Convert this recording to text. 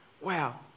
Wow